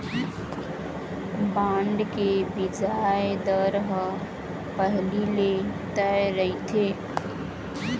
bond के बियाज दर ह पहिली ले तय रहिथे